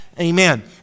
Amen